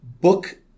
book